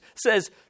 says